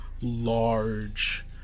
large